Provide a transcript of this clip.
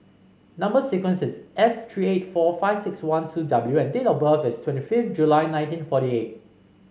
number sequence is S three eight four five six one two W and date of birth is twenty fifth July nineteen forty eight